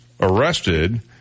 arrested